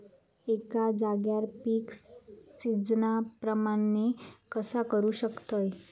एका जाग्यार पीक सिजना प्रमाणे कसा करुक शकतय?